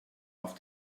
auf